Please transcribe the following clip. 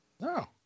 No